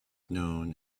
known